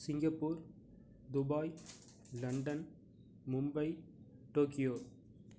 Singapore Dubai London Mumbai Tokyo